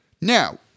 Now